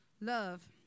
Love